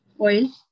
Oil